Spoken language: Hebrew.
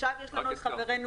עכשיו יש לנו את חברנו,